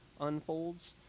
unfolds